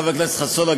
חבר הכנסת חסון,